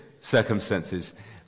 circumstances